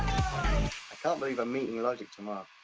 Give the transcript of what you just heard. can't believe i'm meeting logic tomorrow.